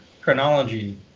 chronology